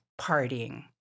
partying